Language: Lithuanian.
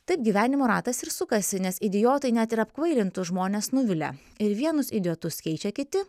tad gyvenimo ratas ir sukasi nes idiotai net ir apkvailintus žmones nuvilia ir vienus idiotus keičia kiti